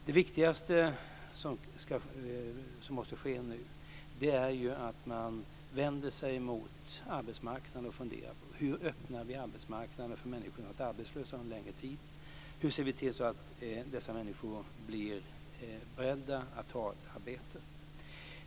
Det viktigaste som måste ske nu är att man vänder sig mot arbetsmarknaden och funderar på hur man ska öppna arbetsmarknaden för människor som varit arbetslösa under en längre tid. Hur ser vi till så att dessa människor blir beredda att ta ett arbete?